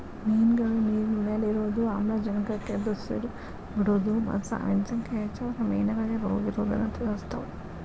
ಮಿನ್ಗಳು ನೇರಿನಮ್ಯಾಲೆ ಇರೋದು, ಆಮ್ಲಜನಕಕ್ಕ ಎದಉಸಿರ್ ಬಿಡೋದು ಮತ್ತ ಸಾವಿನ ಸಂಖ್ಯೆ ಹೆಚ್ಚಾದ್ರ ಮೇನಗಳಿಗೆ ರೋಗಇರೋದನ್ನ ತಿಳಸ್ತಾವ